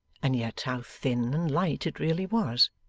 and yet how thin and light it really was.